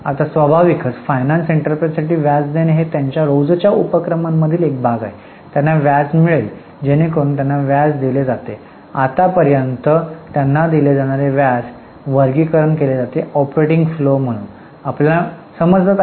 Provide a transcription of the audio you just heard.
आता स्वाभाविकच फायनान्स एंटरप्राइझसाठी व्याज देणे हे त्यांच्या रोजच्या उपक्रमातील एक भाग आहे त्यांना व्याज मिळेल जेणेकरुन त्यांना व्याज दिले जाते आतापर्यंत त्यांना दिले जाणारे व्याज वर्गीकरण केले जाते ऑपरेटिंग फ्लो म्हणून आपल्याला मिळत आहे